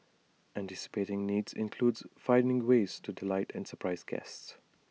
anticipating needs includes finding ways to delight and surprise guests